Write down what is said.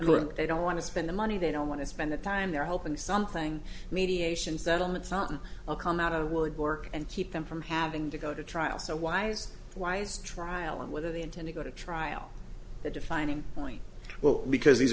and they don't want to spend the money they don't want to spend the time they're hoping something mediation settlements not come out of the woodwork and keep them from having to go to trial so wise wise trial and whether they intend to go to trial the defining point well because these